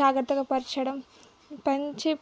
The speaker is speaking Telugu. జాగ్రత్తగా పరచడం పెంచి